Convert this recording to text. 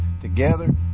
Together